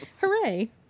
hooray